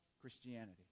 Christianity